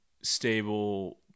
stable